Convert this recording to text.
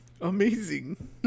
Amazing